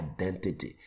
identity